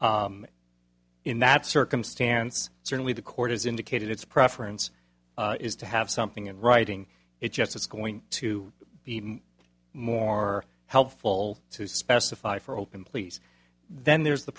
pleas in that circumstance certainly the court has indicated its preference is to have something in writing it just is going to be more helpful to specify for open please then there's the